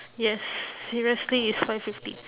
yes seriously it's five fifty